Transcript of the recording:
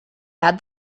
add